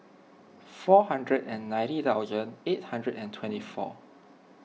four hundred and ninety thousand eight hundred and twenty four